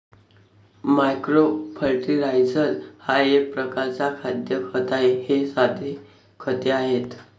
micro fertiliser हा एक प्रकारचा खाद्य खत आहे हे साधे खते आहेत